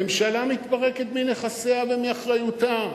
ממשלה מתפרקת מנכסיה ומאחריותה.